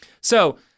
So-